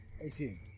Eighteen